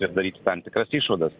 ir daryti tam tikras išvadas